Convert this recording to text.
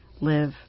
live